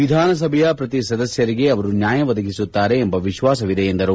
ವಿಧಾನಸಭೆಯ ಪ್ರತಿ ಸದಸ್ಕರಿಗೆ ಅವರು ನ್ಯಾಯ ಒದಗಿಸುತ್ತಾರೆ ಎಂಬ ವಿಶ್ವಾಸವಿದೆ ಎಂದರು